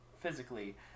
physically